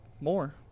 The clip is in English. more